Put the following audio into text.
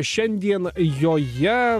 šiandien joje